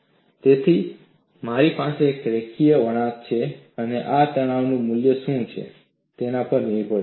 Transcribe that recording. તેથી મારી પાસે એક રેખીય વળાંક છે અને આ તણાવનું મૂલ્ય શું છે તેના પર નિર્ભર છે